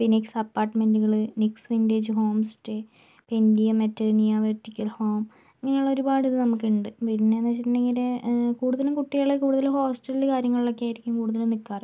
phoenix അപ്പാർട്ട്മെന്റുകള് നിക്സ് vintage homestay ഇപ്പ ഇന്ത്യ മെറ്റേർണിയ വെർട്ടിക്കൽ ഹോം ഇങ്ങനെയുള്ള ഒരുപാട് ഇത് നമുക്കിണ്ട് പിന്നെന്ന് വച്ചിട്ടുണ്ടെങ്കില് കൂടുതലും കുട്ടികള് കൂടുതലും ഹോസ്റ്റലില് കാര്യങ്ങളൊക്കെ ആയിരിക്കും കൂടുതൽ നിക്കാറ്